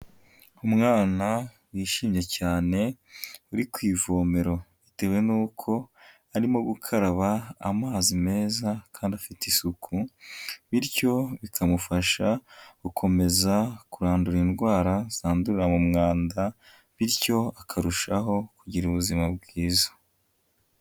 Umwana wishimye cyane uri ku ivomero bitewe n'uko arimo gukaraba amazi meza kandi afite isuku, bityo bikamufasha gukomeza kurandura indwara zandurira mu mwanda bityo akarushaho kugira ubuzima bwiza.